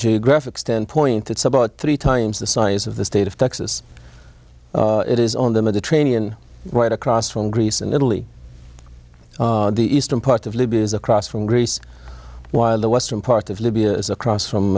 geographic standpoint it's about three times the size of the state of texas it is on the mediterranean right across from greece and italy the eastern part of libya is across from greece while the western part of libya is across from